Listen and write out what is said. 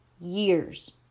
years